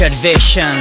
Vision